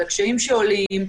על הקשיים שעולים,